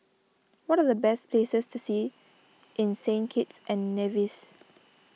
what are the best places to see in Saint Kitts and Nevis